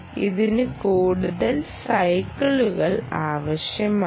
ഇതിന് കൂടുതൽ സൈക്കിളുകൾ ആവശ്യമാണ്